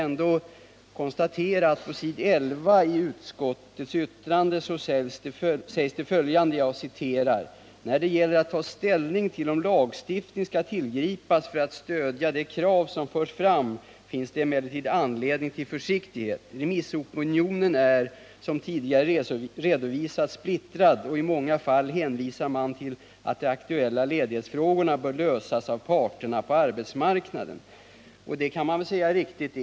På s. I1 i utskottsbetänkandet kan man läsa följande: ” När det gäller att ta ställning till om lagstiftning skall tillgripas för att stödja de krav som förs fram finns det emellertid anledning till försiktighet. Remissopinionen är, som tidigare redovisats, splittrad och i många fall hänvisar man till att de aktuella ledighetsfrågorna bör lösas av parterna på arbetsmarknaden.” Det får man säga är riktigt.